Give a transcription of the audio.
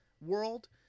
world